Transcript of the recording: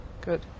good